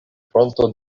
fronto